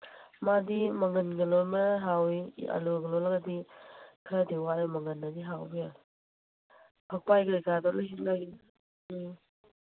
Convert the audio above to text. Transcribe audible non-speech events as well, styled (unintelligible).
ꯃꯥꯗꯤ ꯃꯪꯒꯟꯒ ꯂꯣꯟꯕꯅ ꯍꯥꯎꯋꯤ ꯑꯥꯜꯂꯨꯒ ꯂꯣꯜꯂꯒꯗꯤ ꯈꯔꯗꯤ ꯋꯥꯏ ꯃꯪꯒꯟꯅꯗꯤ ꯍꯥꯎꯕ ꯍꯦꯜꯂꯤ ꯐꯛꯄꯥꯏ ꯀꯩꯀꯥꯗꯣ (unintelligible) ꯎꯝ